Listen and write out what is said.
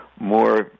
More